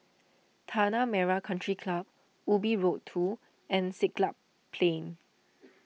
Tanah Merah Country Club Ubi Road two and Siglap Plain